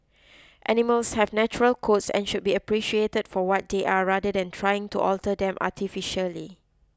animals have natural coats and should be appreciated for what they are rather than trying to alter them artificially